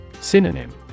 Synonym